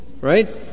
Right